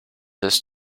this